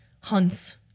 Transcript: hunts